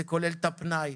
פנאי,